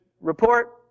report